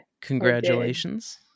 Congratulations